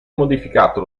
modificato